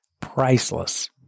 priceless